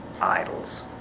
idols